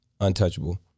Untouchable